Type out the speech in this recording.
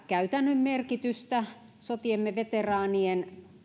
käytännön merkitystä sotiemme veteraanien